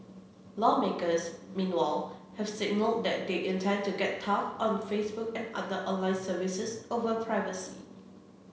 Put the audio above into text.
lawmakers meanwhile have signalled that they intend to get tough on Facebook and other online services over privacy